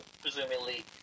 presumably